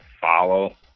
follow